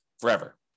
forever